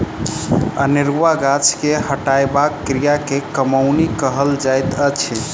अनेरुआ गाछ के हटयबाक क्रिया के कमौनी कहल जाइत अछि